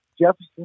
Jefferson